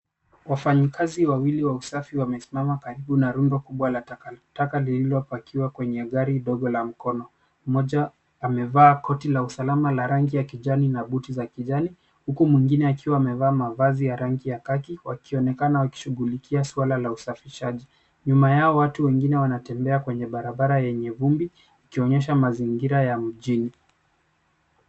Wafanyi kazi wawili wa usafi wamesimama karibu na rundo kubwa la taka taka lililopakiwa kwenye gari dogo la mkono. Mmoja amevaa koti la usalama la rangi ya kijani na buti za kijani, huku huyo mwingine akiwa amevaa mavazi ya rangi ya kaki wakionekana wakishughulikia swala la usafishaji. Nyuma ya hao watu wengine wanatembea kwenye barabara yenye vumbi kukionyesha mazingira ya mjini.